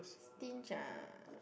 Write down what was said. stinge ah